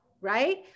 right